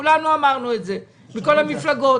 כולנו אמרנו את זה מכול המפלגות,